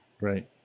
Right